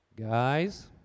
Guys